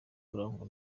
urangwa